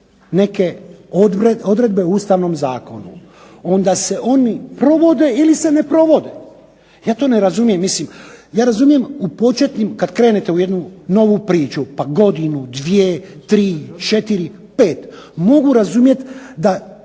neke odredbe u ustavnom zakonu onda se oni provode ili se ne provode. Ja to ne razumijem. Mislim, ja razumijem u početnim, kad krenete u jednu novu priču pa godinu, dvije, tri, četiri, pet, mogu razumjet da